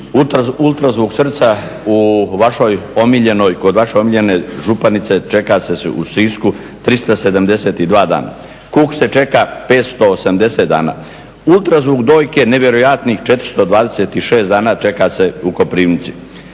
ultrazvuk srca kod vaše omiljene županice čeka se u Sisku čeka se 372 dana, kuk se čeka 580 dana, ultrazvuk dojke nevjerojatnih 426 dana čeka se u Koprivnici.